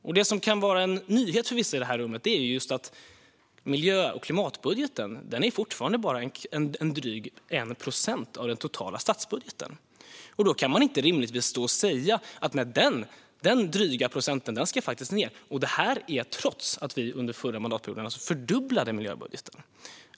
Något som kan vara en nyhet för vissa här är att miljö och klimatbudgeten fortfarande bara utgör en dryg procent av den totala statsbudgeten. Då kan man inte rimligtvis säga att den dryga procenten ska ned - trots att vi under förra mandatperioden alltså fördubblade miljöbudgeten.